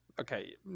Okay